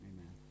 Amen